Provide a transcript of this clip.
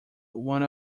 one